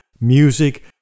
music